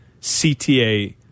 CTA